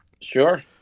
sure